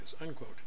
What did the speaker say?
unquote